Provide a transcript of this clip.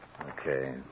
Okay